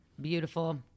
beautiful